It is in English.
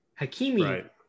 Hakimi